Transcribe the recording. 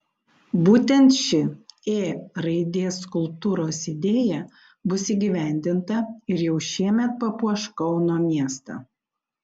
būtent ši ė raidės skulptūros idėja bus įgyvendinta ir jau šiemet papuoš kauno miestą